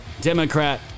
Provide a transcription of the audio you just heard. Democrat